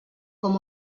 com